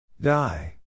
Die